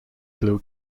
glow